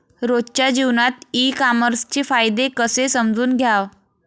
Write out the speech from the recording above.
रोजच्या जीवनात ई कामर्सचे फायदे कसे समजून घ्याव?